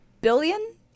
Billion